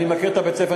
אני מכיר את בית-הספר,